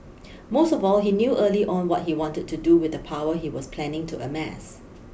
most of all he knew early on what he wanted to do with the power he was planning to amass